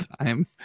time